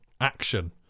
Action